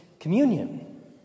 Communion